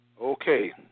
Okay